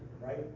right